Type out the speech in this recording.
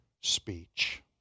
speech